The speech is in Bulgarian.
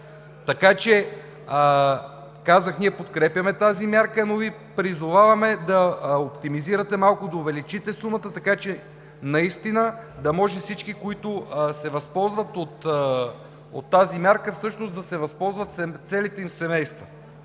Така че казах – ние подкрепяме тази мярка, но Ви призоваваме да оптимизирате малко, да увеличите сумата, така че наистина да може всички, които се възползват от тази мярка, всъщност да се възползват целите им семейства,